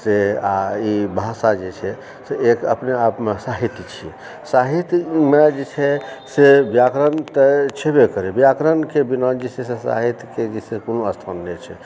से आओर ई भाषा जे छै से अपने आपमे साहित्य छियै साहित्यमे जे छै से व्याकरण तऽ छेबे करय व्याकरणके बिना जे छै से साहित्यके जे छै से कोनो स्थान नहि छै